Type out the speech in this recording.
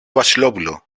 βασιλόπουλο